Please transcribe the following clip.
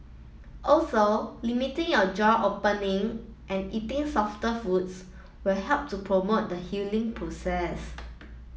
also limiting your jaw opening and eating softer foods will help to promote the healing process